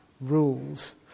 rules